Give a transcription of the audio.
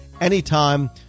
anytime